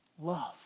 love